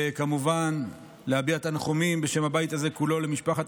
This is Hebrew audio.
וכמובן להביע תנחומים בשם הבית הזה כולו למשפחת